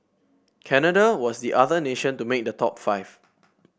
Canada was the other nation to make the top five